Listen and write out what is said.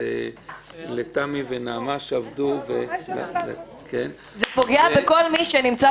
לתמי ולנעמה שעבדו -- זה פוגע בכל מי שנמצא